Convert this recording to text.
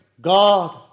God